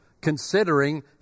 considering